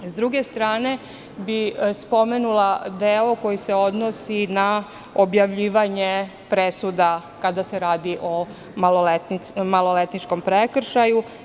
Sa druge strane, spomenula bih deo koji se odnosi na objavljivanje presuda kada se radi o maloletničkom prekršaju.